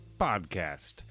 podcast